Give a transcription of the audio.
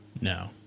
No